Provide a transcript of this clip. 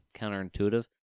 counterintuitive